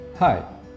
Hi